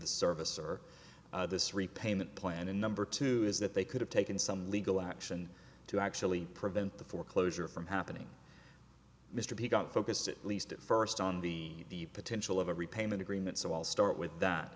the service or this repayment plan and number two is that they could have taken some legal action to actually prevent the foreclosure from happening mr peacocke focused at least at first on the potential of a repayment agreement so i'll start with that